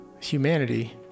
humanity